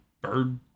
bird